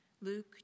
Luke